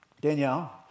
Danielle